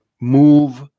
move